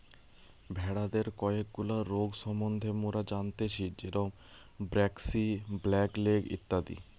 ভেড়াদের কয়েকগুলা রোগ সম্বন্ধে মোরা জানতেচ্ছি যেরম ব্র্যাক্সি, ব্ল্যাক লেগ ইত্যাদি